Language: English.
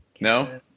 No